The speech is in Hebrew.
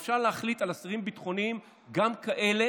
אפשר להגדיר אסירים ביטחוניים גם כאלה